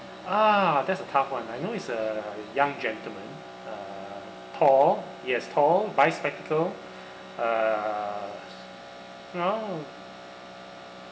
ah that's a tough one I know is a young gentleman uh tall yes tall by spectacle uh you know